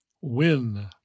win